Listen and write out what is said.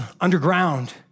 underground